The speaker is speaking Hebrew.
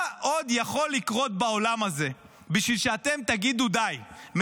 מה עוד יכול לקרות בעולם הזה בשביל שאתם תגידו: די,